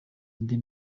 indi